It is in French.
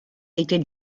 était